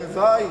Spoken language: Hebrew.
הלוואי.